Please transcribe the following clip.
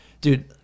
dude